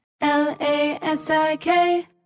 L-A-S-I-K